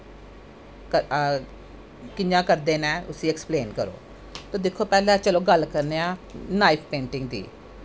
ते कियां करदे नै उसी ऐक्सपलेन करो ते दिक्खो पैह्लैं चलो चलो गल्ल करने आं नाईफ पेंटिंग